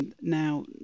Now